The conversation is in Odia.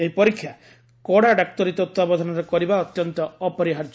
ଏହି ପରୀକ୍ଷା କଡା ଡାକ୍ତରୀ ତତ୍ତ୍ୱାବଧାନରେ କରିବା ଅତ୍ୟନ୍ତ ଅପରିହାର୍ଯ୍ୟ